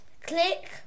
Click